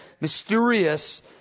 mysterious